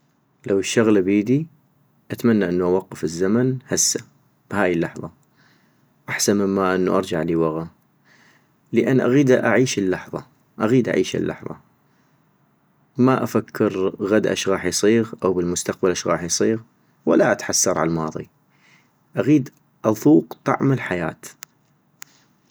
لو الشغلة بيدي؟ اتمنى انو اوقف الزمن هسه ، بهاي اللحظة، احسن مما ارجع لي وغا - لان اغيد اعيش اللحظة اغيد اعيش اللحظة، ما افكر غدا اش غاح يصيغ او بالمستقبل اش غاح يصيغ ، ولا اتحسر عالماضي - اغيد اضوق طعم الحياة